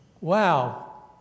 Wow